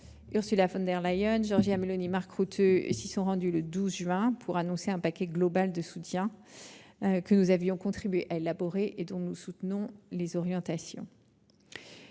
Ursula von der Leyen, Giorgia Meloni et Mark Rutte s'y sont ainsi rendus le 12 juin dernier pour annoncer un paquet global de soutien que nous avons contribué à élaborer et dont nous approuvons les orientations.